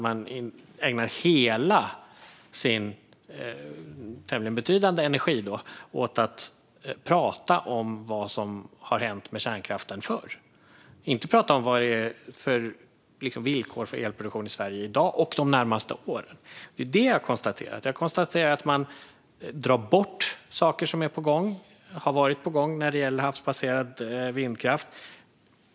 Man ägnar hela sin - tämligen betydande - energi åt att prata om vad som har hänt med kärnkraften förr - inte åt att prata om vilka villkor som råder för elproduktion i Sverige i dag och de närmaste åren. Det är ju detta jag har konstaterat. Jag konstaterar att man drar bort saker som har varit på gång när det gäller havsbaserad vindkraft.